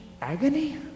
agony